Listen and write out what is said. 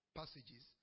passages